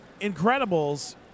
Incredibles